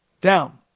down